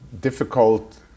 difficult